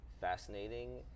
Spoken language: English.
fascinating